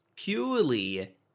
purely